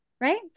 right